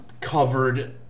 covered